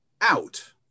out